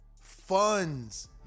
funds